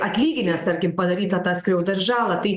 atlyginęs tarkim padarytą tą skriaudą ir žalą tai